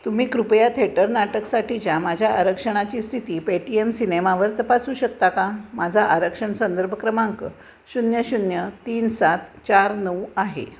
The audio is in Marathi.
तुम्ही कृपया थेटर नाटकसाठीच्या माझ्या आरक्षणाची स्थिती पेटीएम सिनेमावर तपासू शकता का माझा आरक्षण संदर्भ क्रमांक शून्य शून्य तीन सात चार नऊ आहे